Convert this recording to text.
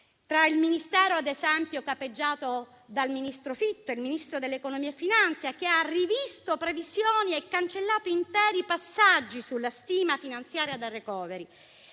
tra il Ministero guidato dal ministro Fitto e il Ministero dell'economia e delle finanze, che ha rivisto previsioni e cancellato interi passaggi sulla stima finanziaria del *recovery*;